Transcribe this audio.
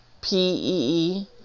P-E-E